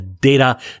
data